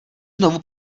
znovu